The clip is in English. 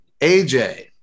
AJ